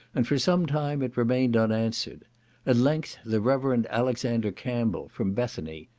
and for some time it remained unanswered at length the reverend alexander campbell, from bethany,